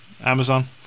Amazon